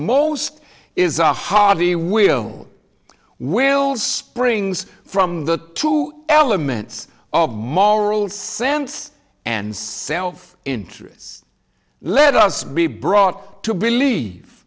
most is a hearty will will springs from the two elements of moral sense and self interest let us be brought to believe